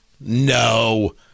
No